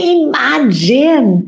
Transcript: imagine